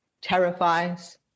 terrifies